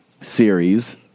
series